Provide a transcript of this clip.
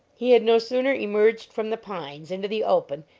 he had no sooner emerged from the pines into the open,